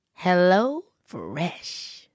HelloFresh